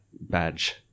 badge